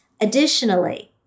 Additionally